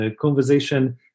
conversation